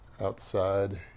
outside